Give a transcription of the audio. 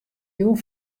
jûn